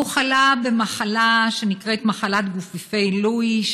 והוא חלה במחלה שנקראת מחלת גופיפי לואי,